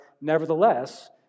nevertheless